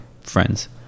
friends